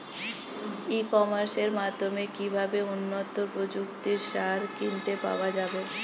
ই কমার্সের মাধ্যমে কিভাবে উন্নত প্রযুক্তির সার কিনতে পাওয়া যাবে?